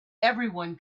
everyone